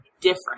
different